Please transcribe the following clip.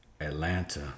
Atlanta